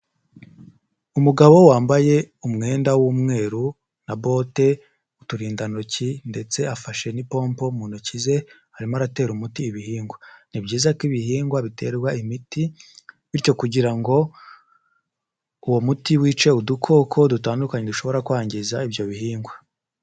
Umugabo wambaye umwenda w'umweru na bote, uturindantoki ndetse afashe n'ipompo mu ntoki ze arimo aratera umuti ibihingwa; ni byiza ko ibihingwa biterwa imiti bityo kugira ngo uwo muti wice udukoko dutandukanye dushobora kwangiza ibyo bihingwa.